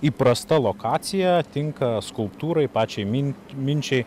įprasta lokacija tinka skulptūrai pačiai min minčiai